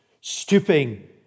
stooping